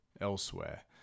elsewhere